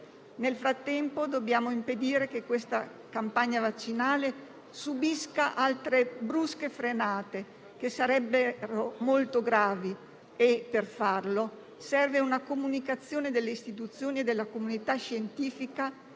Nel frattempo, dobbiamo impedire che la campagna vaccinale subisca altre brusche frenate, che sarebbero molto gravi e, per farlo, serve una comunicazione delle istituzioni e della comunità scientifica